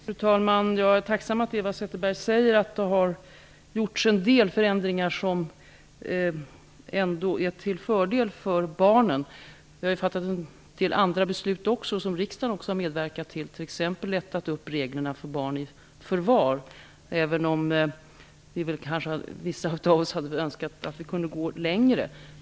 Fru talman! Jag är tacksam för att Eva Zetterberg säger att en del förändringar har gjorts som ändå är till fördel för barnen. Riksdagen har också medverkat till beslut och har t.ex. lättat upp reglerna för barn i förvar, även om vissa av oss kanske hade önskat att vi hade kunnat gå längre.